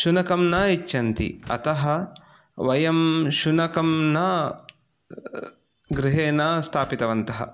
शुनकं न इच्छन्ति अतः वयं शुनकं न गृहे न स्थापितवन्तः